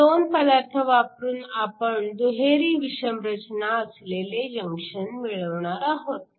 हे दोन पदार्थ वापरून आपण दुहेरी विषम रचना असलेले जंक्शन मिळवणार आहोत